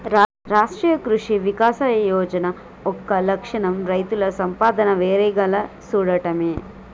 రాష్ట్రీయ కృషి వికాస్ యోజన యొక్క లక్ష్యం రైతుల సంపాదన పెర్గేలా సూడటమే